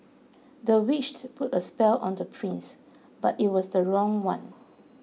the witch put a spell on the prince but it was the wrong one